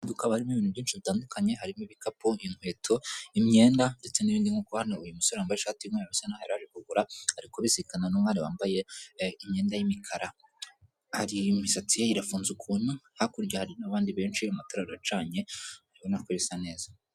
Idukaba haba harimo ibintu byinshi bitandukanye harimo ibikapu, inkweto, imyenda ndetse n'ibindi nkuko hano uyu musore wambaye ishati y'umweru bisa na ari kugura, ari kubisikana n'umwari wambaye imyenda y'imikara. Hari imisatsi ye irafunze ukuntu, hakurya n'abandi benshi amatara acanye abona ko bisa neza.